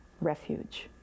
refuge